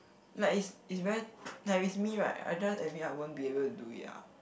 like is is very like if is me right I just admit I won't be able to do it ah